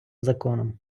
законом